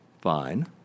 fine